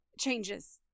changes